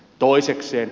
kolmanneksi